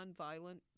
nonviolent